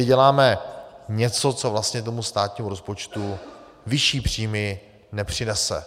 Děláme tedy něco, co vlastně tomu státnímu rozpočtu vyšší příjmy nepřinese.